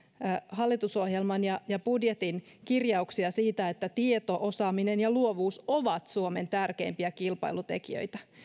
hallitusohjelman ja ja budjetin kirjauksia siitä että tieto osaaminen ja luovuus ovat suomen tärkeimpiä kilpailutekijöitä